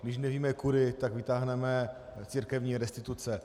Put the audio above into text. Když nevíme kudy, tak vytáhneme církevní restituce.